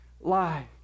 lie